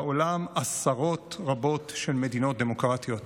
יש בעולם עשרות רבות של מדינות דמוקרטיות.